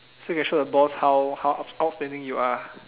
so you can show the boss how how out outstanding you are